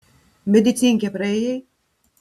medicinkę praėjai